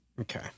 Okay